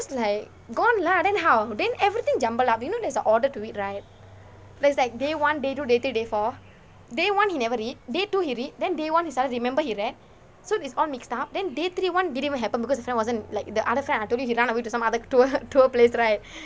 it's like gone lah then how then everything jumble up you know there's an order to it right there's like day one day two day three day four day one he never read day two he read then day one he sud~ remember he read so it's all mixed up then day three one didn't even happen because his friend I told you he run away to some other tour tour place right